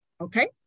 okay